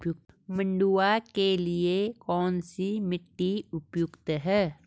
मंडुवा के लिए कौन सी मिट्टी उपयुक्त है?